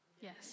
Yes